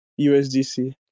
USDC